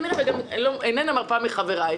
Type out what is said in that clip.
איננה מרפה מחבריי.